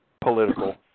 political